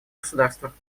государствах